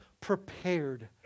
prepared